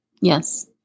Yes